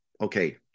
okay